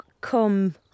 come